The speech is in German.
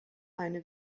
eine